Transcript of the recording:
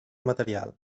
material